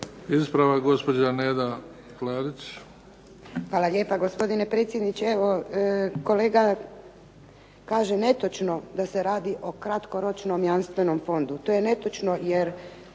**Klarić, Nedjeljka (HDZ)** Hvala lijepa gospodine predsjedniče. Evo kolega, kaže netočno da se radi o kratkoročnom jamstvenom fondu, to je netočno jer